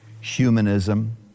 humanism